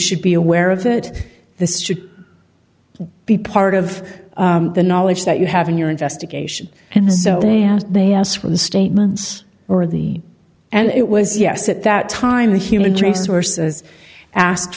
should be aware of that this should be part of the knowledge that you have in your investigation and they asked for the statements or the and it was yes at that time the human trace sources asked